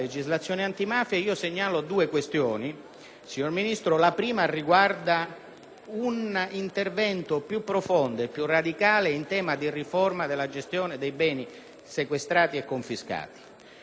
un intervento più profondo e radicale in tema di riforma della gestione dei beni sequestrati e confiscati, non solo con riferimento alla gestione territoriale degli stessi e quindi alla competenza delle prefetture.